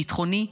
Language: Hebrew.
ביטחוני,